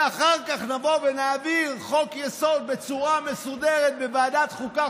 ואחר כך נבוא ונעביר חוק-יסוד בצורה מסודרת בוועדת חוקה,